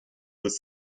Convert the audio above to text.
with